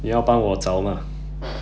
你要帮我找吗